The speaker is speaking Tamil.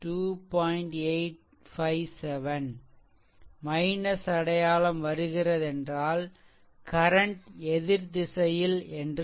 857 அடையாளம் வருகிறதென்றால் கரன்ட் எதிர் திசையில் என்று அர்த்தம்